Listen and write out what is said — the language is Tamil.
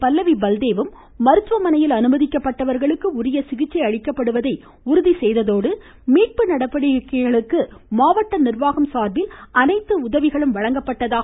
பல்லவி பல்தேவும் மருத்துவமனையில் அனுமதிக்கப்பட்டவர்களுக்கு உரிய சிகிச்சை அளிக்கப்படுவதை உறுதி செய்ததோடு நடவடிக்கைகளுக்கு மாவட்ட நிர்வாகம் சார்பில் தேவையான அனைத்து மீட்ப உதவிகளையும் வழங்கினார்